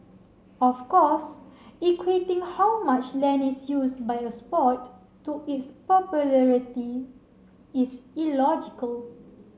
of course equating how much land is use by a sport to its popularity is illogical